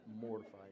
mortified